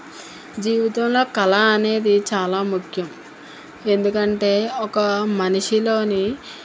జీవితంలో కళ అనేది చాలా ముఖ్యం ఎందుకంటే ఒక మనిషిలో